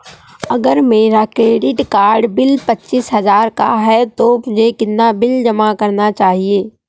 अगर मेरा credit card bill पच्चीस हजार का है तो मुझे कितना बिल जमा करना चाहिए?